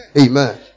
Amen